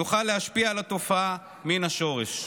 נוכל להשפיע על התופעה מן השורש.